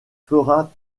fera